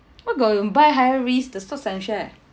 what going buy high risk the stocks and share